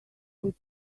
could